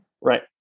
Right